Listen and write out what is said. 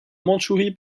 mandchourie